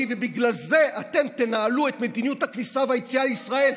ובגלל זה אתם תנהלו את מדיניות הכניסה והיציאה לישראל,